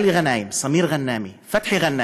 עלי גנאים, סמיר גנאמה, פתחי גנאמה,